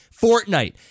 Fortnite